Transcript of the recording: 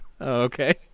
Okay